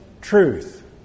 truth